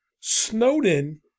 Snowden